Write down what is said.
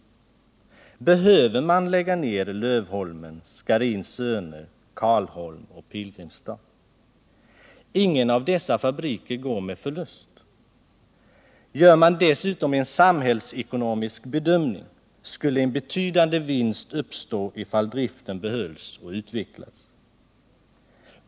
Behöver man lägga ner Lövholmen, Scharins Söner, Karlholm och Pilgrimstad? Ingen av dessa fabriker går med förlust. Ser man det dessutom från samhällsekonomisk synpunkt skulle man finna att en betydande vinst skulle uppstå ifall driften behölls och utvecklades.